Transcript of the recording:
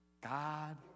God